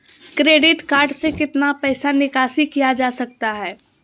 Credit card से कितना पैसा निकासी किया जा सकता है?